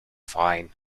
fine